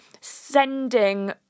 sending